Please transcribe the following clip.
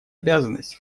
обязанность